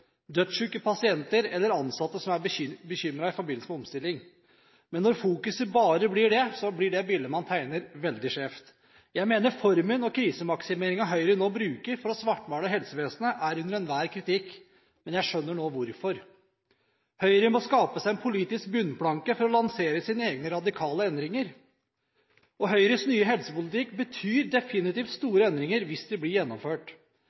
pasienter eller ansatte som er bekymret i forbindelse med omstilling. Men når fokuset bare blir det, blir bildet man tegner, veldig skjevt. Jeg mener formen og krisemaksimeringen Høyre nå bruker for å svartmale helsevesenet, er under enhver kritikk, men jeg skjønner nå hvorfor. Høyre må skape seg en politisk bunnplanke for å lansere sine egne radikale endringer, og Høyres nye helsepolitikk betyr definitivt store endringer hvis de blir gjennomført.